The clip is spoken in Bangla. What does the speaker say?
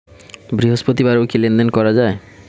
বৃহস্পতিবারেও কি লেনদেন করা যায়?